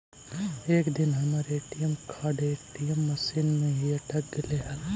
एक दिन हमर ए.टी.एम कार्ड ए.टी.एम मशीन में ही अटक गेले हल